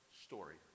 story